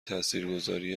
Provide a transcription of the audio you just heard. تاثیرگذاری